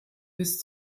bis